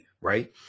Right